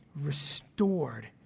restored